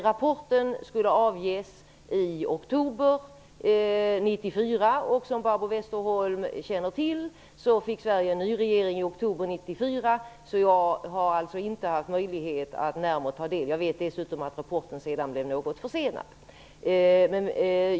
Rapporten skulle avges i oktober 1994. Som Barbro Westerholm känner till fick Sverige en ny regering i oktober 1994, och jag har alltså inte haft möjlighet att närmare ta del av detta. Jag vet dessutom att rapporten blev något försenad.